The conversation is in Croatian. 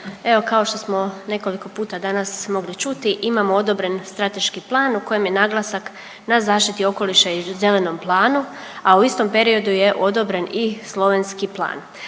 Evo kao što smo nekoliko puta danas mogli čuti imamo odobren strateški plan u kojem je naglasak na zaštiti okoliša i zelenom planu, a u istom periodu je odobren i slovenski plan.